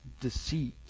deceit